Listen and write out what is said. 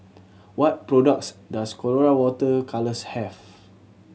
what products does Colora Water Colours have